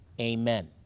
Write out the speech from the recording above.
amen